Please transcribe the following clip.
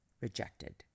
rejected